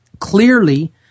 clearly